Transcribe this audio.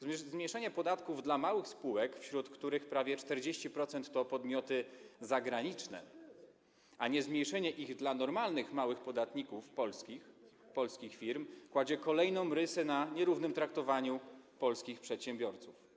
Zmniejszenie podatków dla małych spółek, wśród których prawie 40% to podmioty zagraniczne, a niezmniejszenie ich dla normalnych małych podatników polskich, polskich firm powoduje kolejną rysę na nierównym traktowaniu polskich przedsiębiorców.